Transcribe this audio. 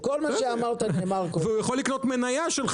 אבל הוא מכיר את העולם